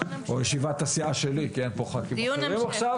או ישיבת הסיעה שלי כי אין פה ח"כים אחרים עכשיו,